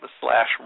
slash